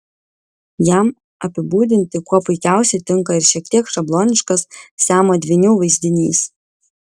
jam apibūdinti kuo puikiausiai tinka ir šiek tiek šabloniškas siamo dvynių vaizdinys